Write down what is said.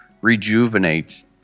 rejuvenates